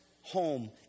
home